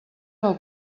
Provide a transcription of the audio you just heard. del